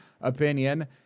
opinion